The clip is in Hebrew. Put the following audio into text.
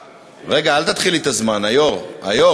רגע, אל תתחיל לי את הזמן, היושב-ראש.